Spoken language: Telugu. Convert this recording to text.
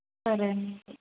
సరే అండి